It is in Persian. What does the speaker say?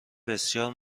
بسیار